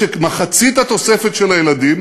שמחצית התוספת של הילדים